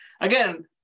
Again